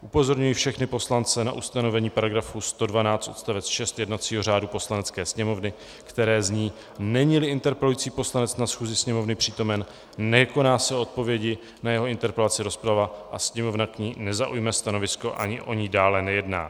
Upozorňuji všechny poslance na ustanovení § 112 odst. 6 jednacího řádu Poslanecké sněmovny, které zní: Neníli interpelující poslanec na schůzi Sněmovny přítomen, nekoná se o odpovědi na jeho interpelaci rozprava a Sněmovna k ní nezaujme stanovisko ani o ní dále nejedná.